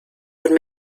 would